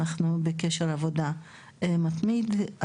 אנחנו בקשר עבודה מתמיד איתם,